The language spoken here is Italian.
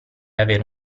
avere